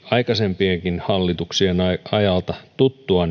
aikaisempienkin hallituksien ajalta tuttua